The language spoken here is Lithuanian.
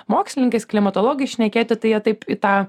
mokslininkais klimatologais šnekėti tai jie taip į tą